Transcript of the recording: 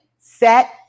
Set